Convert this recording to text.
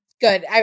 Good